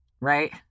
right